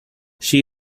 she